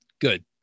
Good